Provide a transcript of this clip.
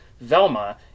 velma